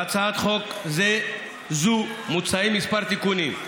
בהצעת חוק זו מוצעים כמה תיקונים.